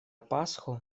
пасху